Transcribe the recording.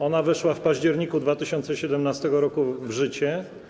Ona weszła w październiku 2017 r. w życie.